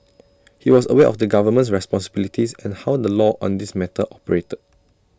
he was aware of the government's responsibilities and how the law on this matter operated